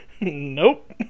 Nope